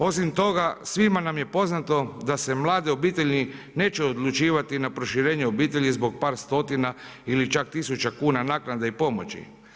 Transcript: Osim toga, svima nam je poznato da se mlade obitelji neće odlučivati na proširenje obitelji zbog par stotina ili čak tisuća kuna naknade i pomoći.